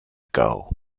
ago